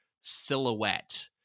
silhouette